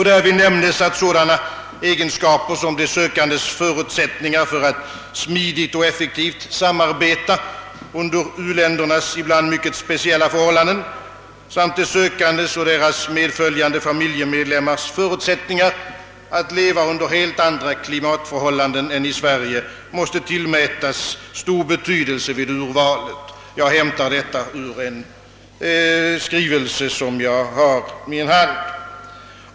Därvid nämnes, att sådana egenskaper som de sökandes förmåga att smidigt och effektivt samarbeta under u-ländernas ibland mycket speciella förhållanden samt deras och .medföljande familjemedlemmars förutsättningar för att leva i helt annat klimat än i Sverige måste tillmätas stor betydelse vid urvalet. Jag hämtar detta ur en skrivelse som jag har i min hand.